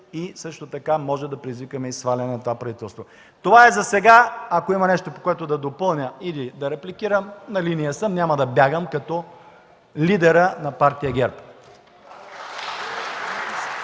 и протести, можем да предизвикаме и сваляне на това правителство. Това е засега. Ако има нещо, което да допълня или да репликирам, на линия съм – няма да бягам като лидера на Партия ГЕРБ.